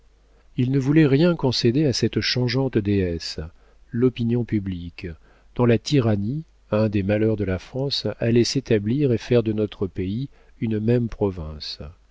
il ne voulait rien concéder à cette changeante déesse l'opinion publique dont la tyrannie un des malheurs de la france allait s'établir et faire de notre pays une même province